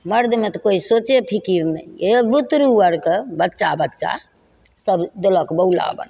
मरदमे तऽ कोइ सोचे फिकिर नहि इएह बुतरु आओरके बच्चा बच्चा सभ देलक बौला बनै